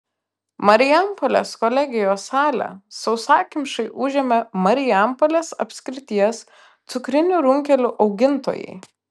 marijampolės kolegijos salę sausakimšai užėmė marijampolės apskrities cukrinių runkelių augintojai